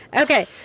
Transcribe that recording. Okay